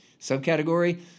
subcategory